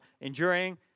enduring